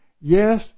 yes